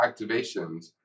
activations